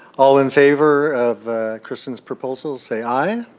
all in favor of kristen's proposal, say aye.